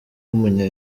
w’umunya